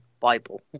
Bible